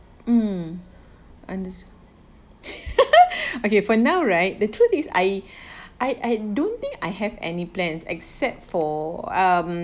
um understood okay for now right the truth is I I I don't think I have any plans except for um